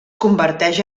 converteix